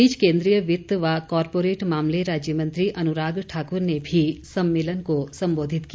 इस बीच केन्द्रीय वित्त व कॉरपोरेट मामले राज्य मंत्री अनुराग ठाकुर ने भी सम्मेलन को संबोधित किया